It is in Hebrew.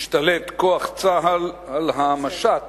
השתלט כוח צה"ל על המשט